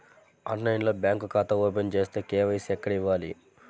ఆన్లైన్లో బ్యాంకు ఖాతా ఓపెన్ చేస్తే, కే.వై.సి ఎక్కడ ఇవ్వాలి?